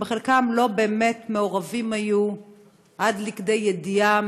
שבחלקם לא באמת היו מעורבים עד לכדי ידיעה